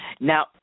Now